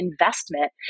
investment